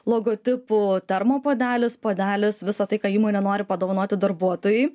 logotipu termopuodelis puodelis visa tai ką įmonė nori padovanoti darbuotojui